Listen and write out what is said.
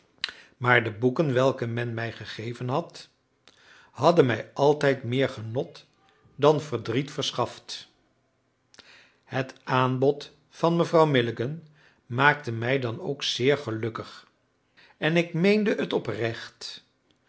maar de boeken welke men mij gegeven had hadden mij altijd meer genot dan verdriet verschaft het aanbod van mevrouw milligan maakte mij dan ook zeer gelukkig en ik meende het oprecht